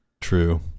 True